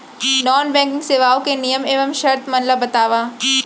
non banking सेवाओं के नियम एवं शर्त मन ला बतावव